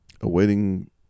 Awaiting